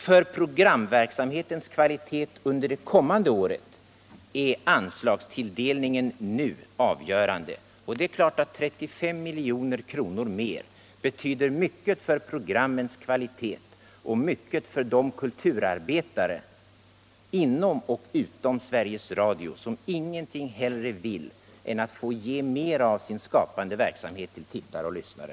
För programverksamhetens kvalitet under det kommande året är anslagstilldelningen nu avgörande. Det är klart att 35 milj.kr. mer betyder mycket för programmens kvalitet och mycket för de kulturarbetare inom och utom Sveriges Radio som ingenting hellre vill än att få ge mera av sin skapande verksamhet till tittare och lyssnare.